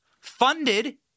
funded